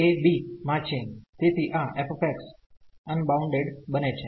તેથી આ f unbounded બને છે